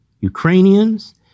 Ukrainians